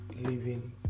living